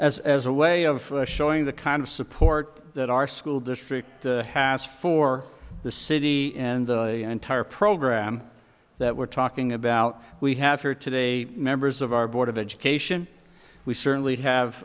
as as a way of showing the kind of support that our school district has for the city and the entire program that we're talking about we have here today members of our board of education we certainly have